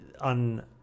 on